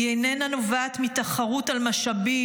היא איננה נובעת מתחרות על משאבים,